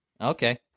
okay